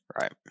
Right